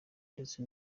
ndetse